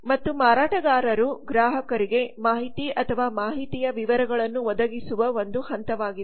ಮತ್ತು ಮಾರಾಟಗಾರರು ಗ್ರಾಹಕರಿಗೆ ಮಾಹಿತಿ ಅಥವಾ ಮಾಹಿತಿಯ ವಿವರಗಳನ್ನು ಒದಗಿಸುವ ಒಂದು ಹಂತವಾಗಿದೆ